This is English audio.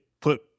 put